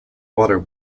water